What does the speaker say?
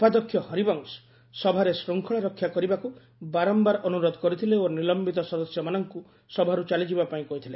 ଉପାଧ୍ୟକ୍ଷ ହରିବଂଶ ସଭାରେ ଶୃଙ୍ଖଳା ରକ୍ଷା କରିବାକୁ ବାରମ୍ଭାର ଅନୁରୋଧ କରିଥିଲେ ଓ ନିଲୟିତ ସଦସ୍ୟମାନଙ୍କୁ ସଭାରୁ ଚାଲିଯିବା ପାଇଁ କହିଥିଲେ